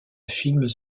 films